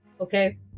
Okay